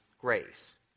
grace